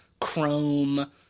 chrome